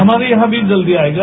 हमारे यहां भी जल्दी आएगा